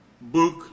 book